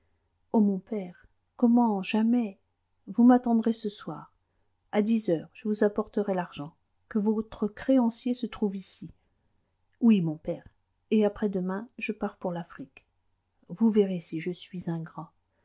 ô mon père comment jamais vous m'attendrez ce soir à dix heures je vous apporterai l'argent que votre créancier se trouve ici oui mon père et après-demain je pars pour l'afrique vous verrez si je suis